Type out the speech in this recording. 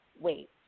wait